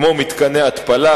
כמו מתקני התפלה,